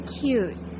cute